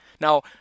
now